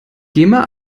gema